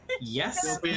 Yes